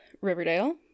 Riverdale